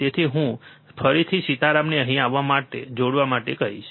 તેથી હું ફરીથી સીતારામને અહીં આવવા અને તેને જોડવા માટે કહીશ